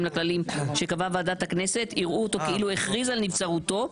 לכללים שקבעה ועדת הכנסת יראו אותו כאילו הכריז על נבצרותו.